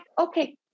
okay